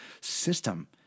system